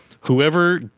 whoever